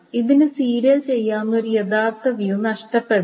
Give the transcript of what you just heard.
ഇതിന് സീരിയൽ ചെയ്യാവുന്ന ഒരു യഥാർത്ഥ വ്യൂ നഷ്ടപ്പെടാം